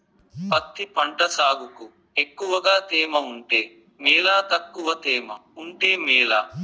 పత్తి పంట సాగుకు ఎక్కువగా తేమ ఉంటే మేలా తక్కువ తేమ ఉంటే మేలా?